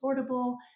affordable